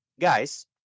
guys